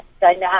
dynamic